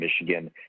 michigan